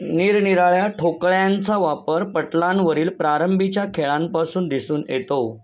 निरनिराळ्या ठोकळ्यांचा वापर पटलांवरील प्रारंभीच्या खेळांपासून दिसून येतो